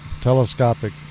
telescopic